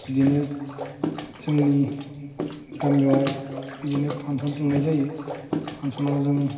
बिदिनो जोंनि गामियाव बिदिनो फानसन खुंनाय जायो फांस'नाव जों